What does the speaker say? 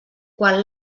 quan